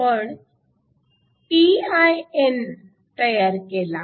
आपण pin तयार केला